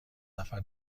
نفر